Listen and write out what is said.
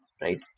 right